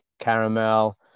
caramel